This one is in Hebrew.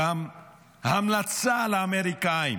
גם המלצה לאמריקנים